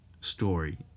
story